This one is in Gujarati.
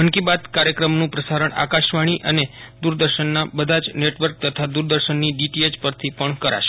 મન કી બાતના કાર્યક્રમનું પ્રસારણ આકાશવાણી અને દુરદર્શનના બધા જ નેટવર્ક તથા દુરદર્શનની ડીટીએચ પરથી પણ કરાશે